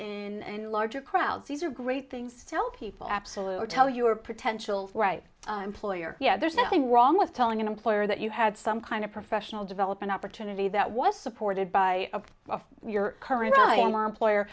in and larger crowds these are great things to tell people absolute tell you are potential right employer yeah there's nothing wrong with telling an employer that you had some kind of professional development opportunity that was supported by of your current employer